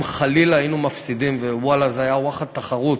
אם חלילה היינו מפסידים, ואללה זה היה ואחד תחרות,